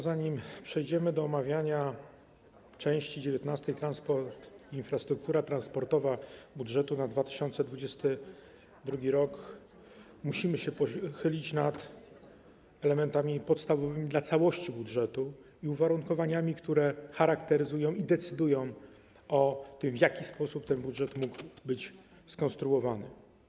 Zanim przejdziemy do omawiania części 19: Transport i infrastruktura transportowa budżetu na 2022 r., musimy się pochylić nad elementami podstawowymi dla całości budżetu i uwarunkowaniami, które go charakteryzują i decydują o tym, w jaki sposób ten budżet mógł być skonstruowany.